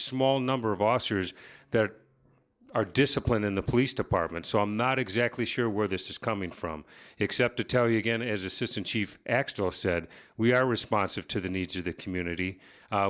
small number of oscar's that are disciplined in the police department so i'm not exactly sure where this is coming from except to tell you again as assistant chief said we are responsive to the needs of the community